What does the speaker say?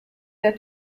der